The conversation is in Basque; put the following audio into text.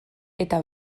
eta